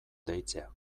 deitzea